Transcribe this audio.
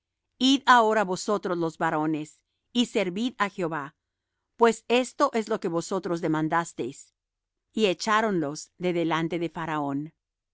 id ahora vosotros los varones y servid á jehová pues esto es lo que vosotros demandasteis y echáronlos de delante de faraón